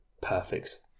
perfect